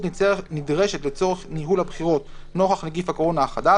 נדרשת לצורך ניהול הבחירות נוכח נגיף הקורונה החדש,